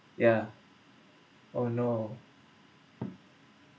yeah oh no